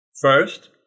First